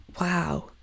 wow